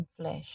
flesh